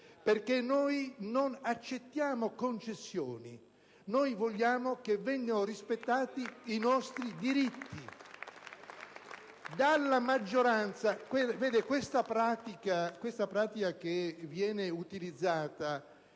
perché noi non accettiamo concessioni: noi vogliamo che vengano rispettati i nostri diritti.